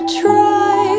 try